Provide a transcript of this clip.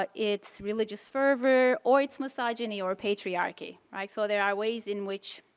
but its religious fervor, or its misogyny or patriarchy, right? so, there are ways in which